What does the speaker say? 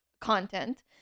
content